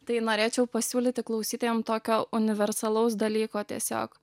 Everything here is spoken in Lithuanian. tai norėčiau pasiūlyti klausytojam tokio universalaus dalyko tiesiog